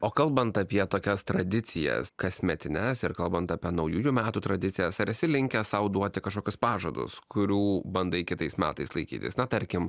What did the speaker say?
o kalbant apie tokias tradicijas kasmetines ir kalbant apie naujųjų metų tradicijas ar esi linkęs sau duoti kažkokius pažadus kurių bandai kitais metais laikytis na tarkim